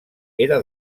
era